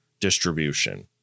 Distribution